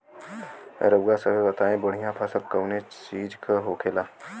रउआ सभे बताई बढ़ियां फसल कवने चीज़क होखेला?